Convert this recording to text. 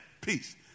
peace